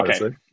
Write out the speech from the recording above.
okay